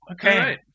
okay